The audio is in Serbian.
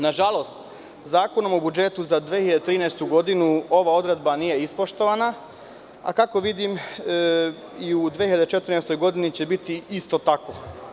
Nažalost, Zakonom o budžetu za 2013. godinu ova odredba nije ispoštovana, a kako vidim, i u 2014. godini će biti isto tako.